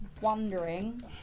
wondering